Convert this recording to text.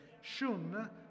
Shun